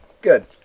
Good